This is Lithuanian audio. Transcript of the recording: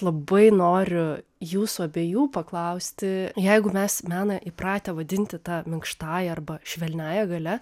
labai noriu jūsų abiejų paklausti jeigu mes meną įpratę vadinti tą minkštąja arba švelniąja galia